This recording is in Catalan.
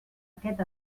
aquest